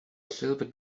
silver